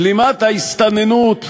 בלימת ההסתננות,